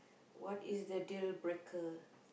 what is the deal-breaker